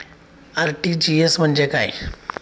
RTGS म्हणजे काय?